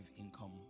income